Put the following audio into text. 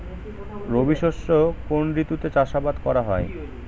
রবি শস্য কোন ঋতুতে চাষাবাদ করা হয়?